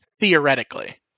theoretically